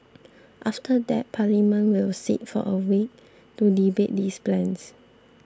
after that Parliament will sit for a week to debate these plans